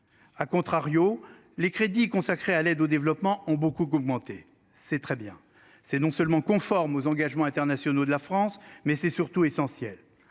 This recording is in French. À contrario, les crédits consacrés à l'aide au développement ont beaucoup commenté, c'est très bien, c'est non seulement conforme aux engagements internationaux de la France, mais c'est surtout essentiel.